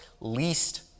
least